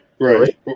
Right